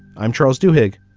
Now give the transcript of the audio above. i'm charles duhigg.